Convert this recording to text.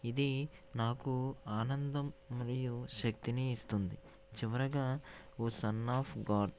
ఇది నాకు ఆనందం మరియు శక్తిని ఇస్తుంది చివరగా ఓ సన్నా ఆఫ్ గాడ్